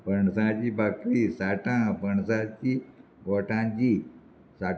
पणसाची बाकी साठां पणसाची गोठांजी साट